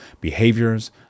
behaviors